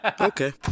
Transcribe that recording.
Okay